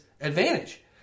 advantage